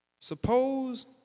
Suppose